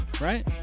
right